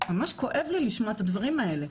ממש כואב לי לשמוע את הדברים האלה.